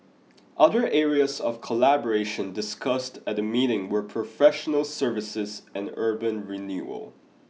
other areas of collaboration discussed at the meeting were professional services and urban renewal